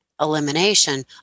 elimination